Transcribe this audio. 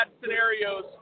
scenarios